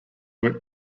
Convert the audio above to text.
work